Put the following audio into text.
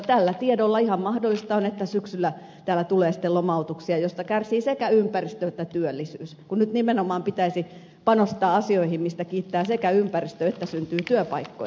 tällä tiedolla ihan mahdollista on että syksyllä siellä tulee lomautuksia joista kärsivät sekä ympäristö että työllisyys kun nyt nimenomaan pitäisi panostaa asioihin mistä kiittää ympäristö että missä syntyy työpaikkoja